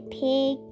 pig